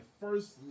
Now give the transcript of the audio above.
first